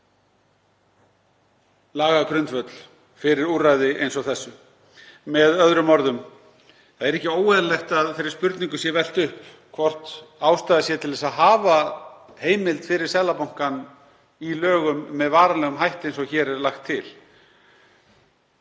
lagagrundvöll fyrir úrræði eins og þessu. Með öðrum orðum, það er ekki óeðlilegt að þeirri spurningu sé velt upp hvort ástæða sé til að hafa heimild fyrir Seðlabankann í lögum með varanlegum hætti, eins og hér er lagt til.